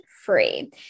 free